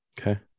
Okay